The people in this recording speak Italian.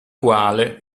quale